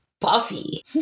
Buffy